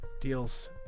deals